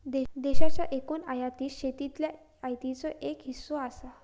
देशाच्या एकूण आयातीत शेतीतल्या आयातीचो एक छोटो हिस्सो असा